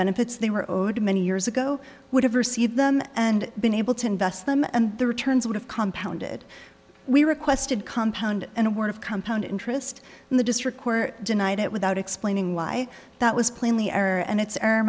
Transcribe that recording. benefits they were owed many years ago would have received them and been able to invest them and the returns would have compounded we requested compound and word of compound interest and the district court denied it without explaining why that was plainly error and it's